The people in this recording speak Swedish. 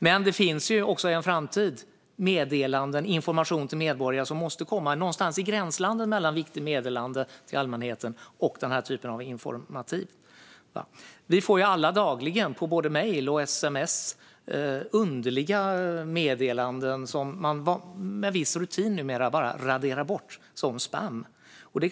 Men också i framtiden kommer det ju att finnas meddelanden och information till medborgarna som måste komma och som ligger någonstans i gränslandet mellan Viktigt meddelande till allmänheten och denna typ av informativa meddelanden. Vi får ju alla dagligen, både på mejl och på sms, underliga meddelanden som vi numera med viss rutin bara raderar som spam.